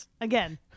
again